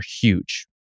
huge